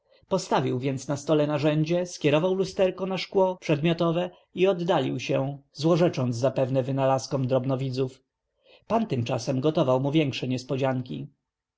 postawił więc na stole narzędzie skierował lusterko na szkło przedmiotowe i oddalił się złorzecząc zapewne wynalazcom drobnowidzów pan tymczasem gotował mu większe niespodzianki